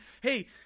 hey